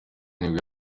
nibwo